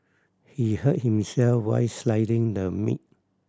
he hurt himself while slicing the meat